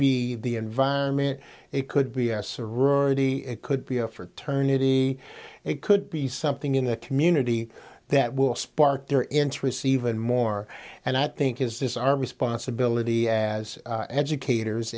be the environment it could be a sorority it could be a fraternity it could be something in the community that will spark their interests even more and i think is our responsibility as educators